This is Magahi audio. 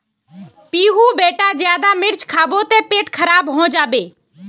पीहू बेटा ज्यादा मिर्च खाबो ते पेट खराब हों जाबे